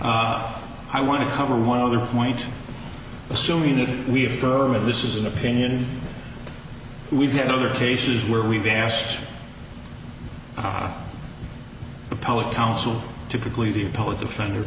kin i want to cover one other point assuming that we've heard of this is an opinion we've had other cases where we've asked how the public counsel typically the public defender